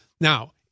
Now